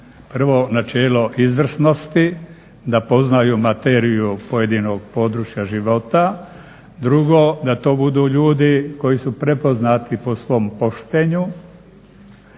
Prvo načelo izvrsnosti, da poznaju materiju pojedinog područja života. Drugo, da to budu ljudi koji su prepoznati po svom poštenju